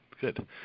good